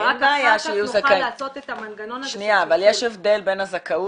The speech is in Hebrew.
ורק אחר כך יוכל לעשות את המנגנון הזה של -- אבל יש הבדל בין הזכאות